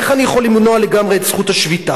איך אני יכול למנוע לגמרי את זכות השביתה?